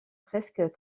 presque